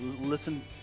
Listen